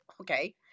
okay